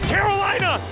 Carolina